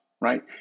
right